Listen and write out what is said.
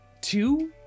two